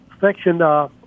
section